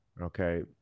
Okay